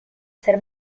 ser